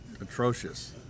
atrocious